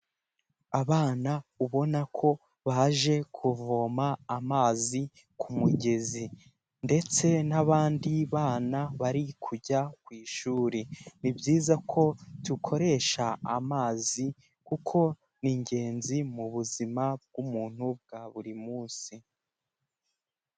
Abana ubona ko baje kuvoma amazi ku mugezi ndetse n'abandi bana bari kujya ku ishuri, ni byiza ko dukoresha amazi kuko ni ingenzi mu buzima bw'umuntu bwa buri munsi.